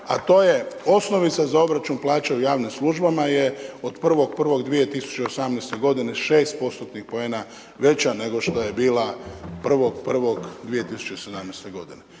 a to je osnovica za obračun plaća u javnim službama je od 1.1.2018. g. 6%-tnih poena veća nego što je bila 1.1.2017. g.